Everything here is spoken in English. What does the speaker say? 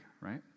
right